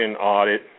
audit